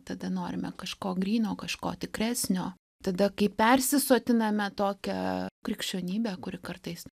tada norime kažko gryno kažko tikresnio tada kai persisotiname tokia krikščionybe kuri kartais